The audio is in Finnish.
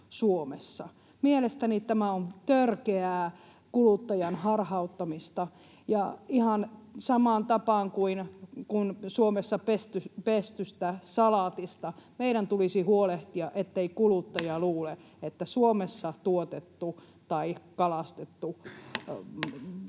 Mielestäni tämä on törkeää kuluttajan harhauttamista. Ihan samaan tapaan kuin Suomessa pestystä salaatista, meidän tulisi huolehtia, ettei kuluttaja luule, että muualla kuin Suomessa tuotettu tai kalastettu